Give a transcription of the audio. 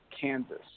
kansas